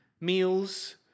meals